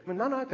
but nanna,